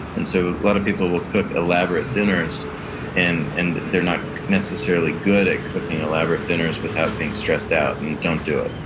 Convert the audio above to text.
and so, lot of people will cook elaborate dinners and and they're not necessarily good at cooking elaborate dinners without being stressed out. and don't do it.